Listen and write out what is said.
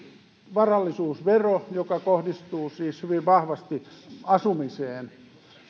varallisuusvero joka kohdistuu siis hyvin vahvasti asumiseen